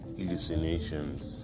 hallucinations